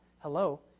Hello